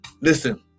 Listen